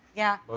yeah.